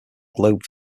globe